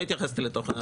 לא התייחסתי לתוכן.